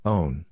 Own